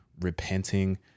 repenting